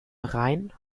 rhein